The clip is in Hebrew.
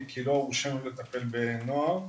כי לא הוכשרנו לטפל בנוער.